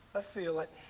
ah feel it.